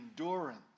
endurance